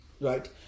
Right